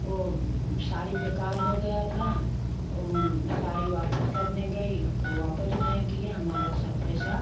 ओ साड़ी बेकार हो गया था ओ साड़ी वापस करने गई ओ वापस नहीं किया मारा सब पैसा